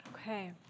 Okay